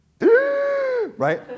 right